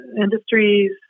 industries